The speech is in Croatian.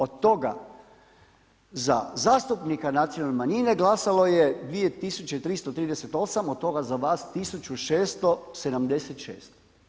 OD toga za zastupnika nacionalne manjine glasalo je 2338, od toga za vas 1676.